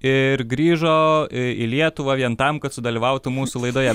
ir grįžo į lietuvą vien tam kad sudalyvautų mūsų laidoje